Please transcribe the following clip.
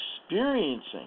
experiencing